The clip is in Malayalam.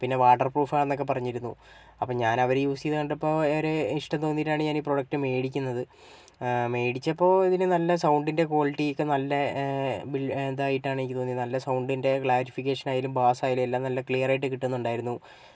പിന്നെ വാട്ടർ പ്രൂഫാന്നൊക്കെ പറഞ്ഞിരുന്നു അപ്പോൾ ഞാൻ അവർ യൂസ് ചെയ്യുന്നത് കണ്ടപ്പോൾ ഒരു ഇഷ്ടം തോന്നീട്ടാണ് ഞാനീ പ്രൊഡക്ട് മേടിക്കുന്നത് മേടിച്ചപ്പോൾ ഇതിനു നല്ല സൗണ്ടിൻ്റെ ക്വാളിറ്റി ഒക്കെ നല്ല എന്തായിട്ടാ എനിക്ക് തോന്നിയത് നല്ല സൗണ്ടിൻ്റെ ക്ലാരിഫിക്കേഷനായാലും പാസായാലും എല്ലാം നല്ല ക്ലിയർ ആയിട്ട് കിട്ടുന്നുണ്ടായിരുന്നു